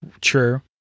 True